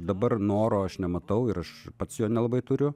dabar noro aš nematau ir aš pats jo nelabai turiu